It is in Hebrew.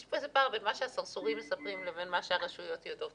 יש פה איזה פער בין מה שהסרסורים מספרים לבין מה שהרשויות יודעות.